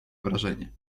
wrażenie